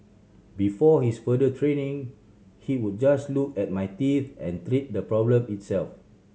before his further training he would just look at my teeth and treat the problem itself